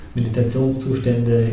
Meditationszustände